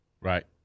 Right